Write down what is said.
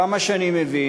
כמה שאני מבין,